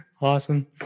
Awesome